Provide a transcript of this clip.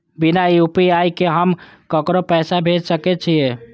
बिना यू.पी.आई के हम ककरो पैसा भेज सके छिए?